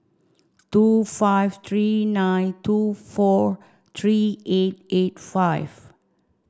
two five three nine two four three eight eight five